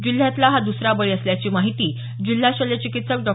जिल्ह्यातला हा दुसरा बळी असल्याची माहिती जिल्हा शल्य चिकित्सक डॉ